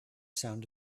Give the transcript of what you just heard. sound